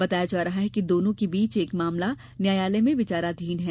बताया जा रहा है कि दोनों के बीच एक मामला न्यायालय में विचाराधीन है